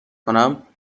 کنم